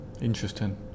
Interesting